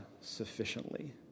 sufficiently